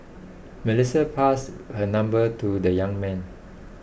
Melissa passed her number to the young man